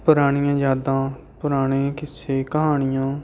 ਪੁਰਾਣੀਆਂ ਯਾਦਾਂ ਪੁਰਾਣੇ ਕਿੱਸੇ ਕਹਾਣੀਆਂ